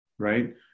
right